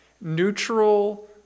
neutral